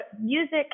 music